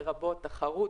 לרבות תחרות,